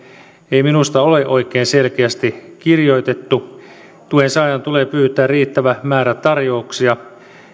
ei minusta ole oikein selkeästi kirjoitettu tuen saajan tulee pyytää riittävä määrä tarjouksia